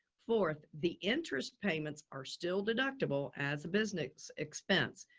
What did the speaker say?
fourth. the interest payments are still deductible as a business expense.